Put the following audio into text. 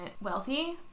wealthy